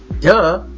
Duh